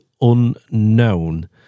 unknown